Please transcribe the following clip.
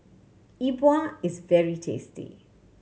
E Bua is very tasty